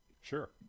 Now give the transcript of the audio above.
Sure